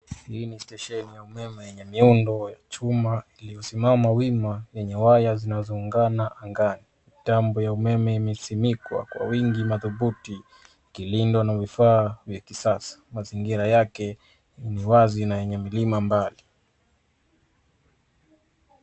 Hii ni stesheni ya umeme yenye miundo ya chuma iliyo simama wima yenye mawaya zinazoungana angani. Mitambo ya umeme imesimikwa kwa wingi madhubuti ikilindwa na vifaa vya kisasa. Mazingira yake ni wazi na yenye milima mbali.